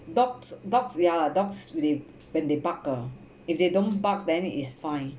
dogs dogs ya dogs when when they bark ah if they don't bark then is fine